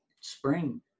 spring